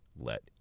let